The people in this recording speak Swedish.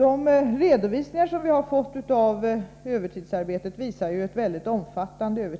Av de redovisningar som finns i detta sammanhang framgår att övertidsarbetet är väldigt omfattande.